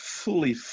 fully